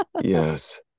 Yes